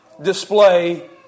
display